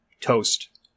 toast